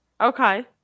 Okay